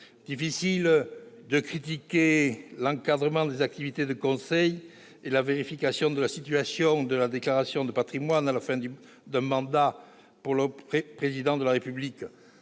difficile de critiquer l'encadrement des activités de conseil et la vérification de la situation de la déclaration de patrimoine en fin de mandat pour le Président de la République.